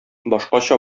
башкача